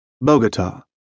Bogota